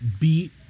beat